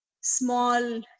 small